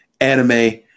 anime